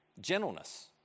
gentleness